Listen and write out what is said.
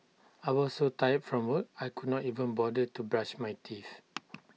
I was so tired from work I could not even bother to brush my teeth